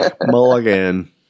Mulligan